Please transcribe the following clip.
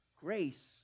grace